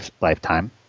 lifetime